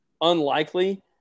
unlikely